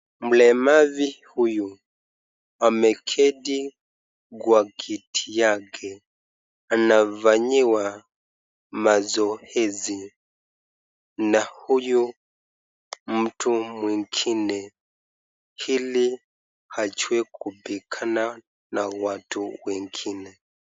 Mlemavu huyu ameketi kwa kiti yake. Anafanyiwa mazoezi na huyu mtu mwengine ili ajue kupigana na watu wengine.